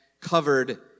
covered